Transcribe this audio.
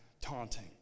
taunting